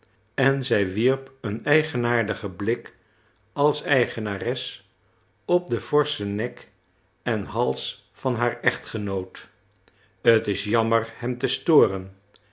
en zij wierp een eigenaardigen blik als eigenares op den forschen nek en hals van haar echtgenoot t is jammer hem te storen